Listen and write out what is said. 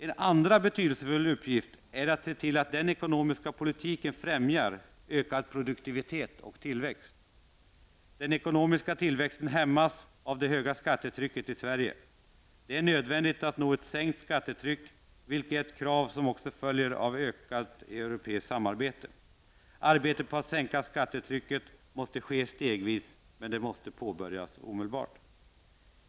En andra betydelsefull uppgift är att se till att den ekonomiska politiken främjar ökad produktivitet och tillväxt. Den ekonomiska tillväxten hämmas av det höga skattetrycket i Sverige. Det är nödvändigt att nå ett sänkt skattetryck, vilket är ett krav som också följer av det ökade europeiska samarbetet. Arbetet på att sänka skattetrycket måste ske stegvis, men det måste påbörjas omedelbart.